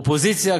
אופוזיציה,